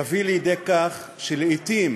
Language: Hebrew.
זה יביא לידי כך שלעתים,